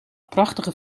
prachtige